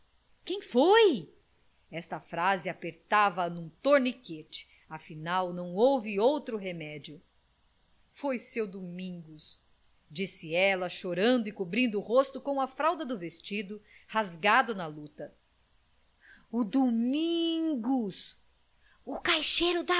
quem foi esta frase apertava a num torniquete afinal não houve outro remédio foi seu domingos disse ela chorando e cobrindo o rosto com a fralda do vestido rasgado na luta o domingos o caixeiro